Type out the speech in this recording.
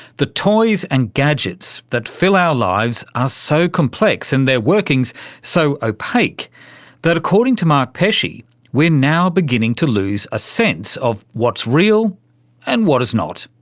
the toys and gadgets that fill our lives are so complex and their workings so opaque that, according to mark pesce, we're now beginning to lose a sense of what's real and what is not.